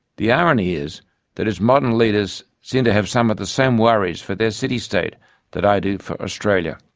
the irony is that its modern leaders seem to have some of the same worries for their city state that i do for australia.